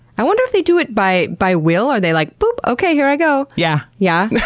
i wonder if they do it by by will? are they like, boop! okay, here i go! yeah. yeah